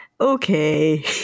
Okay